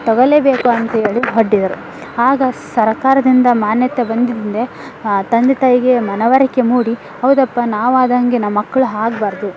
ತಗೊಳ್ಲೇ ಬೇಕು ಅಂತೇಳಿ ಒಡ್ಡಿದರು ಆಗ ಸರಕಾರದಿಂದ ಮಾನ್ಯತೆ ಬಂದಿಂದೆ ತಂದೆ ತಾಯಿಗೆ ಮನವರಿಕೆ ಮೂಡಿ ಹೌದಪ್ಪ ನಾವು ಆದಂಗೆ ನಮ್ಮ ಮಕ್ಳು ಆಗ್ಬಾರ್ದು